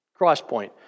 Crosspoint